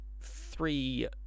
three